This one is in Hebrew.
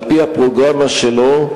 על-פי הפרוגרמה שלו,